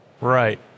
right